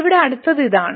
ഇവിടെ അടുത്തത് ഇതാണ്